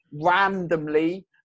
randomly